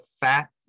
fat